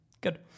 good